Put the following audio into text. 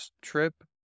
trip